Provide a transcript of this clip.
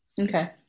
Okay